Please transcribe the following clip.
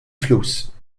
flus